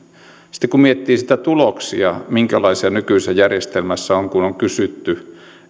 sitten kun miettii tuloksia minkälaisia nykyisessä järjestelmässä on kun on kysytty